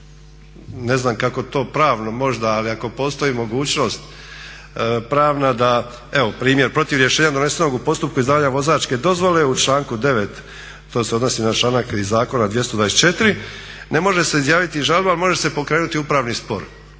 Ne znam kako to pravno možda ali ako postoji mogućnost pravna da evo primjer protiv rješenja donesenog u postupku izdavanja vozačke dozvole u članku 9. to se odnosi na članak iz zakona 224. ne može se izjaviti žalba ali može se pokrenuti upravni spor.